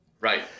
Right